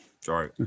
Sorry